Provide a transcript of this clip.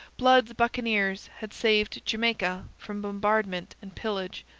blood's buccaneers had saved jamaica from bombardment and pillage,